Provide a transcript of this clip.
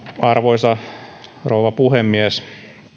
arvoisa rouva puhemies